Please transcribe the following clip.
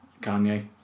Kanye